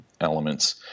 elements